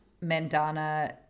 Mandana